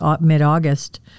mid-August